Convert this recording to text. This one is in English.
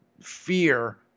fear